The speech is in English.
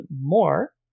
more